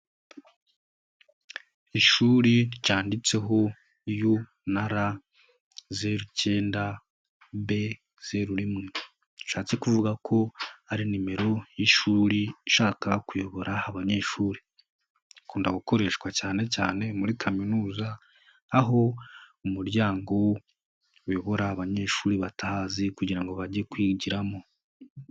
Ishuri ryanditseho unara zerucyenda b zeru rimwe, rishatse kuvuga ko ari nimero y'ishuri ishaka kuyobora abanyeshuri. Ikunda gukoreshwa cyanecyane muri kaminuza aho umuryango uyobora abanyeshuri batahazi kugira ngo bajye kwigiramo.